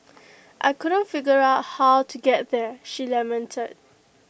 I couldn't figure out how to get there she lamented